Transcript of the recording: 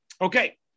Okay